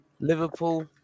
Liverpool